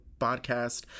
podcast